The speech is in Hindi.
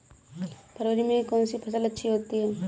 फरवरी में कौन सी फ़सल अच्छी होती है?